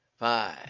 Five